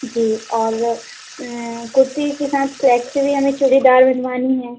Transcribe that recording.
जी और कुर्ती के साथ स्लेक्स भी हमें चूड़ीदार बनवानी है